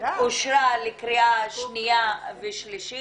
אושרה לקריאה שנייה ושלישית.